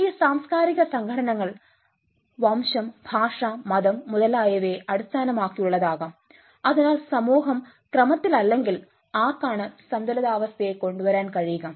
ഈ സാംസ്കാരിക സംഘട്ടനങ്ങൾ വംശം ഭാഷ മതം മുതലായവയെ അടിസ്ഥാനമാക്കിയുള്ളതാകാം അതിനാൽ സമൂഹം ക്രമത്തിലല്ലെങ്കിൽ ആർക്കാണ് സന്തുലിതാവസ്ഥയെ കൊണ്ടുവരാൻ കഴിയുക